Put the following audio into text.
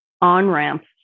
on-ramp